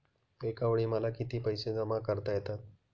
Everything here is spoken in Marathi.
एकावेळी मला किती पैसे जमा करता येतात?